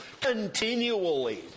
continually